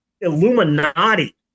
Illuminati